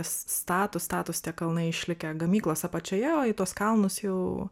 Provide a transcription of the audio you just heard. s s statūs statūs tie kalnai išlikę gamyklos apačioje o į tuos kalnus jau